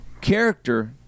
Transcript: Character